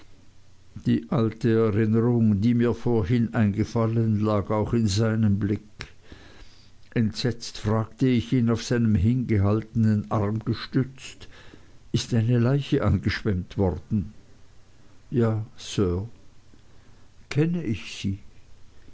die alte erinnerung die mir vorhin eingefallen lag auch in seinem blick entsetzt fragte ich ihn auf seinen hingehaltnen arm gestützt ist eine leiche angeschwemmt worden ja sir kenne ich sie